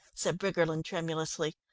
said briggerland tremulously,